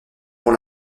pour